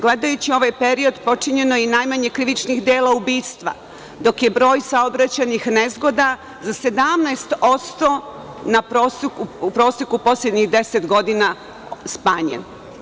Gledajući ovaj period, počinjeno je i najmanje krivičnih dela ubistva, dok je broj saobraćajnih nezgoda za 17% u proseku poslednjih 10 godina smanjen.